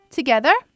together